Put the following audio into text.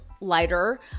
lighter